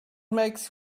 makes